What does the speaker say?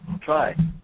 try